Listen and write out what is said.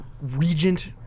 regent